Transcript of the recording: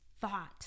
thought